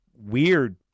weird